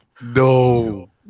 No